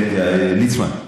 ליצמן,